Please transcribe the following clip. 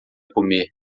comer